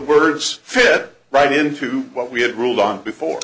words fit right into what we had ruled on before